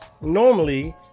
normally